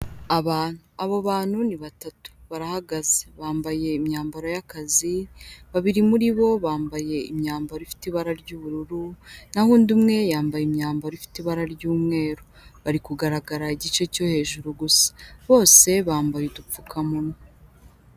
Abantu, abo bantu ni batatu barahagaze bambaye imyambaro y'akazi, babiri muri bo bambaye imyambaro ifite ibara ry'ubururu n'aho undi umwe yambaye imyambaro ifite ibara ry'umweru, bari kugaragara igice cyo hejuru gusa, bose bambaye udupfukamunwa.